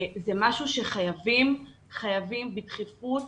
זה משהו שחייבים בדחיפות